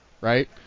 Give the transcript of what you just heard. right